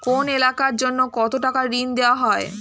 কোন এলাকার জন্য কত টাকা ঋণ দেয়া হয়?